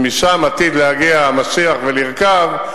שמשם עתיד להגיע המשיח ולרכוב,